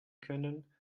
können